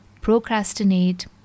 procrastinate